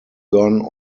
gone